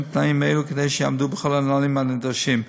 תנאים אלו כדי שיעמדו בכל הנהלים הנדרשים.